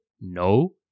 no